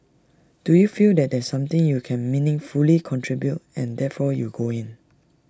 do you feel that there's something you can meaningfully contribute and therefore you go in